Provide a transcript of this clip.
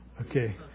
Okay